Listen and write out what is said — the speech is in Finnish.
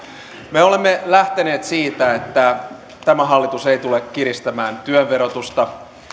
me olemme lähteneet siitä että tämä hallitus ei tule kiristämään työn verotusta